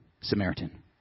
Samaritan